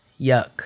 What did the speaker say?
Yuck